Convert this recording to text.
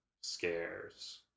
scares